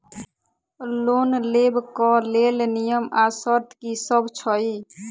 Loan लेबऽ कऽ लेल नियम आ शर्त की सब छई?